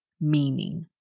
meaning